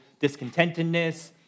discontentedness